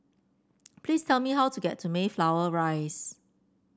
please tell me how to get to Mayflower Rise